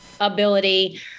ability